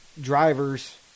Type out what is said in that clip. drivers